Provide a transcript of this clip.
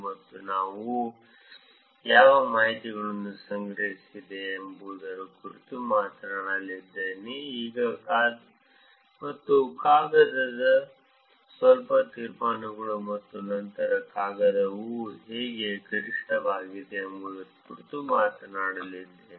ಮತ್ತು ನಾನು ಯಾವ ಮಾಹಿತಿಯನ್ನು ಸಂಗ್ರಹಿಸಿದೆ ಎಂಬುದರ ಕುರಿತು ಮಾತನಾಡುತ್ತಿದ್ದೇನೆ ಮತ್ತು ಕಾಗದದ ಸ್ವಲ್ಪ ತೀರ್ಮಾನಗಳು ಮತ್ತು ನಂತರ ಕಾಗದವು ಹೇಗೆ ಗರಿಷ್ಠವಾಗಿದೆ ಎಂಬುದರ ಕುರಿತು ಮಾತನಾಡುತ್ತಿದ್ದೇನೆ